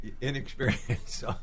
inexperience